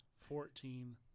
fourteen